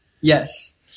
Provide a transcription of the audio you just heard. Yes